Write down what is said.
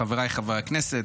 חבריי חברי הכנסת,